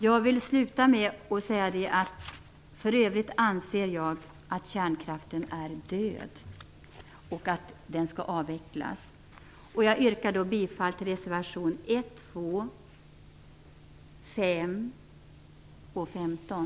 Jag vill avsluta med att säga att jag för övrigt anser att kärnkraften är död och att den skall avvecklas. Jag yrkar därför bifall till reservationerna 1, 2, 5 och 15.